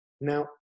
Now